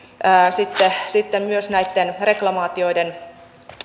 myös näitten reklamaatioiden